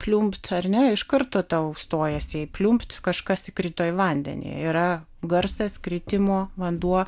pliumpt ar ne iš karto tau stojasi į pliumpt kažkas įkrito į vandenį yra garsas kritimo vanduo